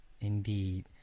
Indeed